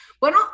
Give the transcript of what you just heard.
Bueno